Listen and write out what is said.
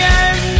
end